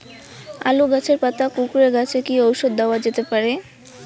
আলু গাছের পাতা কুকরে গেছে কি ঔষধ দেওয়া যেতে পারে?